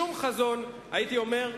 שום חזון, הייתי אומר,